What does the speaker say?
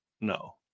no